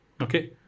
Okay